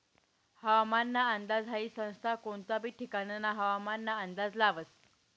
हवामानना अंदाज हाई संस्था कोनता बी ठिकानना हवामानना अंदाज लावस